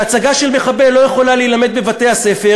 שהצגה של מחבל לא יכולה להילמד בבתי-הספר,